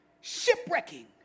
shipwrecking